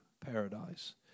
paradise